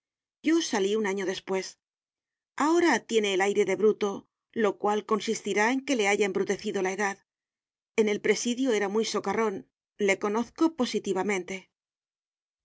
yo salí un año despues ahora tiene el aire de bruto lo cual consistirá en que le haya embrutecido la edad en el presidio era muy socarrón le conozco positivamente